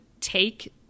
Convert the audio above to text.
take